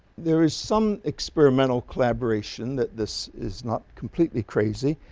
there is some experimental collaboration that this is not completely crazy.